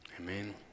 Amen